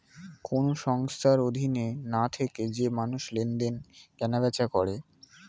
কোন সংস্থার অধীনে না থেকে যে মানুষ লেনদেন, কেনা বেচা করে